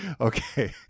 Okay